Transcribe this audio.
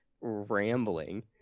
rambling